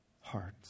hearts